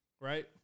right